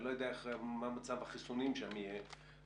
אני לא יודע מה מצב החיסונים יהיה שם,